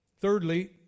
Thirdly